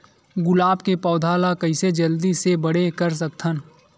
गुलाब के पौधा ल कइसे जल्दी से बड़े कर सकथन?